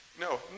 no